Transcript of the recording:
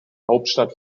hauptstadt